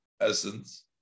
essence